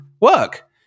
work